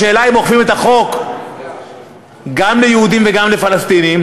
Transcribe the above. השאלה אם אוכפים את החוק גם כלפי יהודים וגם כלפי פלסטינים,